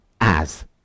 as-